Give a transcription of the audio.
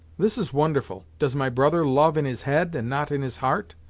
this is wonderful! does my brother love in his head, and not in his heart?